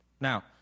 Now